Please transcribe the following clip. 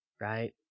right